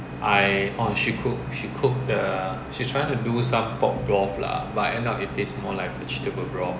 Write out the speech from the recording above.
I oh she cook she cook the she trying to do some pork broth lah but end up it taste more like vegetable broth